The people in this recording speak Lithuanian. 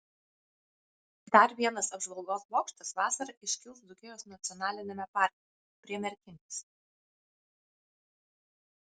dar vienas apžvalgos bokštas vasarą iškils dzūkijos nacionaliniame parke prie merkinės